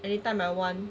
anytime I want